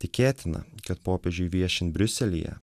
tikėtina kad popiežiui viešint briuselyje